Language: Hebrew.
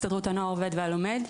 מהסתדרות ׳הנוער העובד והלומד׳.